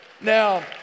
Now